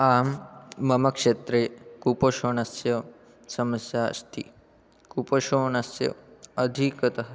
आं मम क्षेत्रे कुपोषोणस्य समस्या अस्ति कुपोषोणस्य अधिकतः